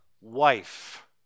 wife